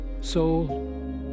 Soul